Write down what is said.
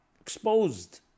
exposed